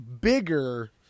bigger